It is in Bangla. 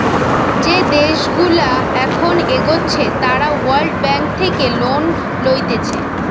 যে দেশগুলা এখন এগোচ্ছে তারা ওয়ার্ল্ড ব্যাঙ্ক থেকে লোন লইতেছে